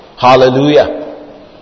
Hallelujah